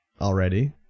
already